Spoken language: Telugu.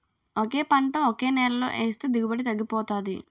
ఒకే పంట ఒకే నేలలో ఏస్తే దిగుబడి తగ్గిపోతాది